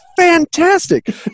fantastic